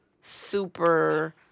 super